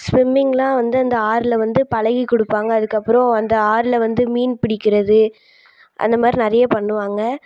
ஸ்விம்மிங்கெலாம் வந்து அந்த ஆற்றுல வந்து பழகிக்குடுப்பாங்க அதுக்கு அப்புறம் அந்த ஆற்றுல வந்து மீன் பிடிக்கிறது அந்த மாதிரி நிறைய பண்ணுவாங்க